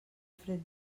fred